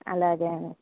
అలాగే